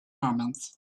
moments